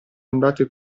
andate